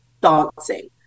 dancing